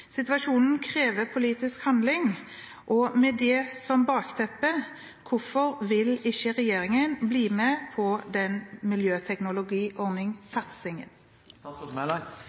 Situasjonen krever politisk handling. Med dette bakteppet, hvorfor vil ikke regjeringen bli med på denne miljøteknologiordningsatsingen?»